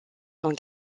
sont